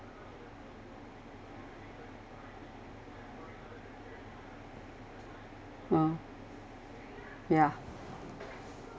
ha ya